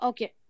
Okay